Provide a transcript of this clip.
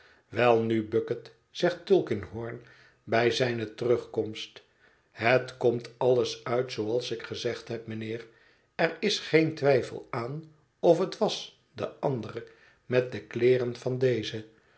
welnu bucket zegt tulkinghorn bij zijne terugkomst het komt alles uit zooals ik gezegd héb mijnheer er is geen twijfel aan of het was de andere met de kleeren van deze